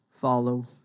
follow